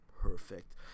perfect